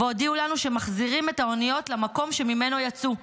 והודיעו לנו שמחזירים את האוניות למקום שממנו יצאו,